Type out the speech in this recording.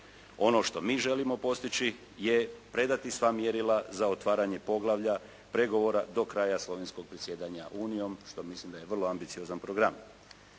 Ono što mi želimo postići je predati sva mjerila za otvaranje poglavlja pregovora do kraja slovenskog predsjedanja Unijom, što mislim da je vrlo ambiciozan program.